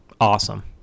Awesome